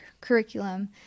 curriculum